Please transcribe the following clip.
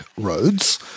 roads